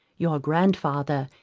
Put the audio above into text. your grand-father,